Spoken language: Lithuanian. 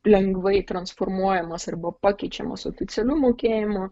lengvai transformuojamas arba pakeičiamas oficialiu mokėjimu